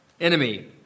enemy